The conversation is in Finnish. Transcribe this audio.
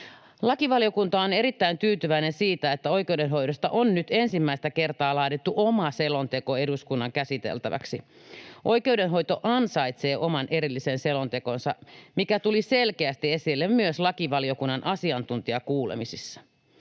Lakivaliokunta on erittäin tyytyväinen siihen, että oikeudenhoidosta on nyt ensimmäistä kertaa laadittu oma selonteko eduskunnan käsiteltäväksi. Oikeudenhoito ansaitsee oman erillisen selontekonsa, mikä tuli selkeästi esille myös lakivaliokunnan asiantuntijakuulemisissa.